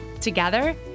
Together